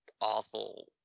awful